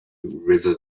river